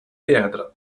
teatre